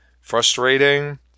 frustrating